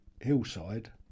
hillside